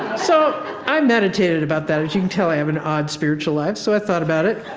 so i meditated about that. as you can tell, i have an odd spiritual life. so i thought about it,